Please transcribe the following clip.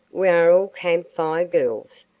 we are all camp fire girls,